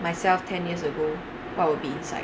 myself ten years ago what would be inside